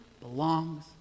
belongs